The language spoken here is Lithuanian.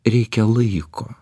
reikia laiko